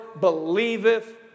believeth